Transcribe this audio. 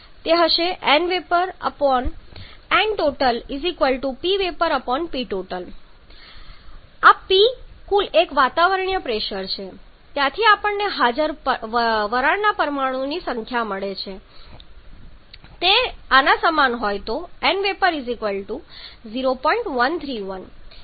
તે હશે NvapNtotPvapPtot આ P કુલ 1 વાતાવરણીય પ્રેશર છે ત્યાંથી આપણને હાજર વરાળના પરમાણુઓની સંખ્યા મળે છે જો તે આના સમાન હોય તો Nvap 0